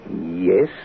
Yes